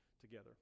together